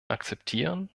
akzeptieren